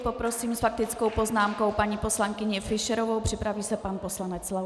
Poprosím s faktickou poznámkou paní poslankyni Fischerovou, připraví se pan poslanec Laudát.